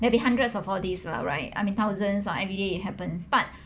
maybe hundreds of all these lah right I mean thousands on any day it happens but